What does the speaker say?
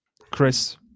Chris